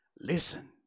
Listen